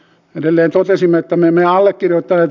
edelleen totesimme ponnen allekirjoittajat